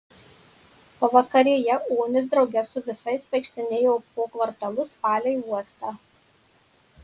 pavakarėje onis drauge su visais vaikštinėjo po kvartalus palei uostą